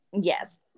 Yes